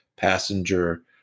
passenger